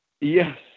Yes